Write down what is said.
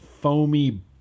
foamy